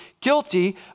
guilty